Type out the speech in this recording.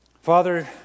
Father